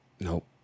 Nope